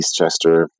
Eastchester